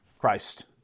Christ